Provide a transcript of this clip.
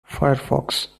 firefox